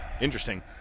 Interesting